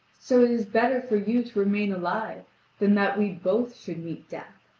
so it is better for you to remain alive than that we both should meet death.